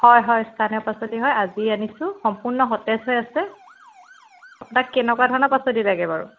হয় হয় স্থানীয় পাচলি হয় আজি আনিছোঁ সম্পূৰ্ণ সতেজ হৈ আছে আপোনাক কেনেকুৱা ধৰণৰ পাচলি লাগে বাৰু